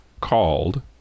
called